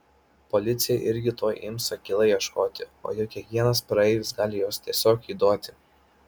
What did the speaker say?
policija irgi tuoj ims akylai ieškoti o juk kiekvienas praeivis gali juos tiesiog įduoti